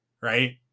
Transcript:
right